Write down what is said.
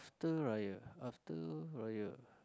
after raya after raya